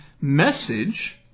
message